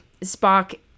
Spock